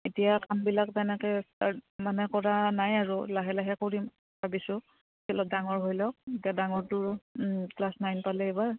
এতিয়া কামবিলাক তেনেকে মানে কৰা নাই আৰু লাহে লাহে কৰিম ভাবিছোঁ ডাঙৰ ধৰি লওক এতিয়া ডাঙৰটোৰ ক্লাছ নাইন পালে এইবাৰ